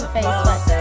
Facebook